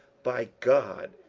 by god,